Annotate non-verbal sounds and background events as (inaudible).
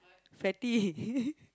fatty (laughs)